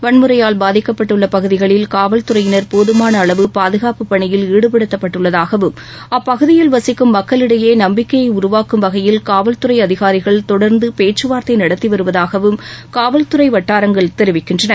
வன்முறையால் பாதிக்கப்பட்டுள்ள பகுதிகளில் காவல் துறையினர் போதுமான அளவு பாதுகாப்பு பணியில் ஈடுபடுத்தப்பட்டுள்ளதாகவும் அப்பகுதியில் வசிக்கும் மக்களிடையே நம்பிக்கையை உருவாக்கும் வகையில் காவல் துறை அதிகாரிகள் தொடர்ந்து பேச்சு வார்த்தை நடத்திவருவதாகவும் காவல் துறை வட்டாரங்கள் தெரிவிக்கின்றன